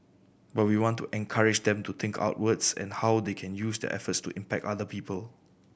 but we want to encourage them to think outwards and how they can use their efforts to impact other people